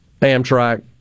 Amtrak